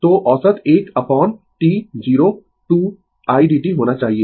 तो औसत 1 upon T 0 to idt होना चाहिए